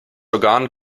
organ